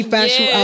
Fashion